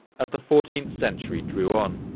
as the fourteenth century drew on,